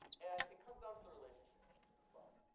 and it comes down to the relationship as well.